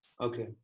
okay